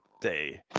Day